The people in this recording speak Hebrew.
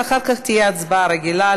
ואחר כך תהיה הצבעה רגילה,